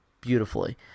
beautifully